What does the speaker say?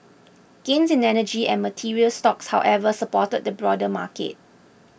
gains in energy and materials stocks however supported the broader marker